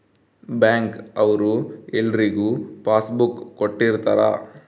bank ಅವ್ರು ಎಲ್ರಿಗೂ passbook ಕೊಟ್ಟಿರ್ತರ